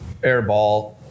Airball